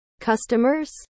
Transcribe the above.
customers